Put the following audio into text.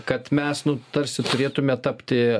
kad mes nu tarsi turėtume tapti